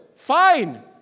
Fine